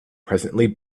presently